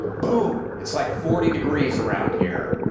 boom! it's like forty degrees around here.